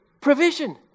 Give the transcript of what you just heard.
Provision